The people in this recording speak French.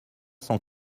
cent